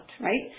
right